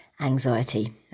anxiety